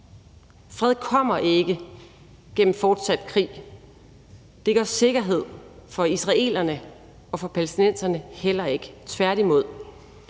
Fred kommer ikke gennem fortsat krig. Det gør sikkerhed for israelerne og for palæstinenserne heller ikke, tværtimod.